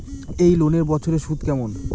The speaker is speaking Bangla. এই লোনের বছরে সুদ কেমন?